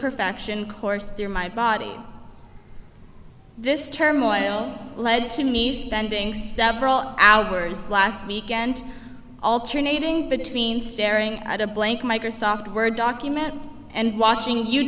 perfection course there my body this term led to me spending several hours last weekend alternating between staring at a blank microsoft word document and watching you